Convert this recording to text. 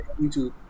youtube